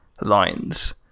lines